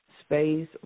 space